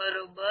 बरोबर